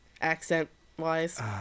accent-wise